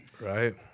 right